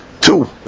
two